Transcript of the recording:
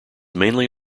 mainly